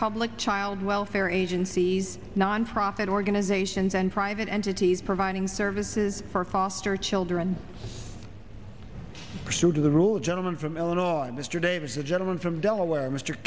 public child welfare agencies nonprofit organizations and private entities providing services for cost or children pursuant to the rule of gentleman from illinois mr davis the gentleman from delaware mister